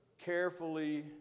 carefully